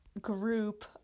group